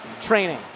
training